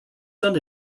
son